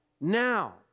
now